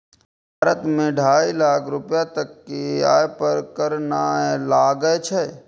भारत मे ढाइ लाख रुपैया तक के आय पर कर नै लागै छै